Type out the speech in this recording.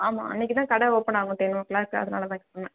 ஆமாம் அன்றைக்கி தான் கடை ஓப்பன் ஆகும் டென் ஓ கிளாக்கு அதனால தான் சொன்னேன்